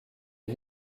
les